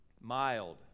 mild